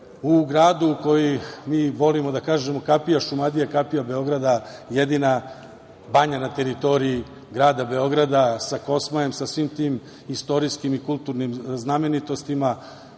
u gradu za koji mi volimo da kažemo – kapija Šumadije, kapija Beograda, jedina banja na teritoriji grada Beograda, sa Kosmajem, sa svim tim istorijskim i kulturnim znamenitostima.